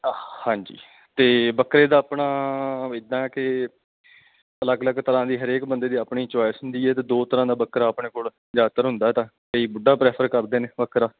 ਹਾਂਜੀ ਅਤੇ ਬੱਕਰੇ ਦਾ ਆਪਣਾ ਇੱਦਾਂ ਕਿ ਅਲੱਗ ਅਲੱਗ ਤਰ੍ਹਾਂ ਦੀ ਹਰੇਕ ਬੰਦੇ ਦੀ ਆਪਣੀ ਚੋਇਸ ਹੁੰਦੀ ਏ ਅਤੇ ਦੋ ਤਰ੍ਹਾਂ ਦਾ ਬੱਕਰਾ ਆਪਣੇ ਕੋਲ ਜ਼ਿਆਦਾਤਰ ਹੁੰਦਾ ਤਾਂ ਕਈ ਬੁੱਢਾ ਪਰੈਫਰ ਕਰਦੇ ਨੇ ਬੱਕਰਾ